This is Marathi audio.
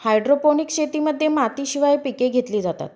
हायड्रोपोनिक्स शेतीमध्ये मातीशिवाय पिके घेतली जातात